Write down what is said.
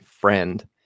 friend